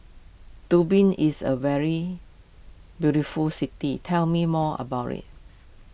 Dublin is a very beautiful city tell me more about it